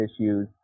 issues